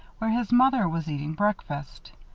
where his mother was eating breakfast.